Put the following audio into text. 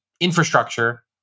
infrastructure